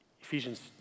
Ephesians